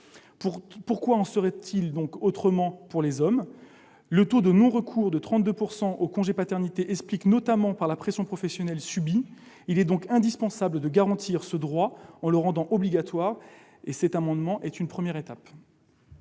Pourquoi en serait-il autrement pour les hommes ? Le taux de non-recours de 32 % au congé de paternité s'explique notamment par la pression professionnelle subie. Il est donc indispensable de garantir ce droit en le rendant obligatoire. Cet amendement est une première étape